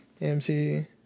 AMC